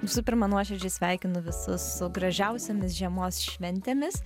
visų pirma nuoširdžiai sveikinu visus su gražiausiomis žiemos šventėmis